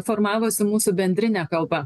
formavosi mūsų bendrinė kalba